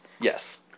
Yes